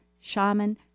shaman